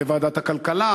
בוועדת הכלכלה,